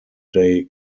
day